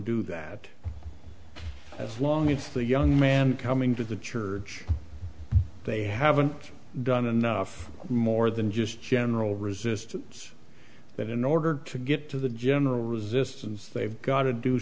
do that as long as the young man coming to the church they haven't done enough more than just general resistance that in order to get to the general resistance they've got to do